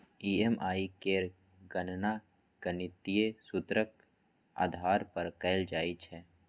EMI केर गणना गणितीय सूत्रक आधार पर कैल जाइ छै